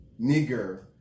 nigger